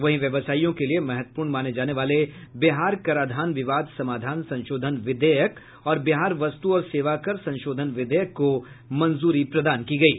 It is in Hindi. वहीं व्यवसायियों के लिये महत्वपूर्ण माने जाने वाले बिहार कराधान विवाद समाधान संशोधन विधेयक और बिहार वस्तु और सेवा कर संशोधन विधेयक को मंजूरी प्रदान की गयी